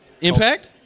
Impact